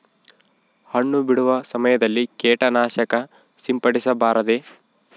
ಹಣ್ಣು ಬಿಡುವ ಸಮಯದಲ್ಲಿ ಕೇಟನಾಶಕ ಸಿಂಪಡಿಸಬಾರದೆ?